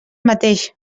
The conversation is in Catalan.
mateix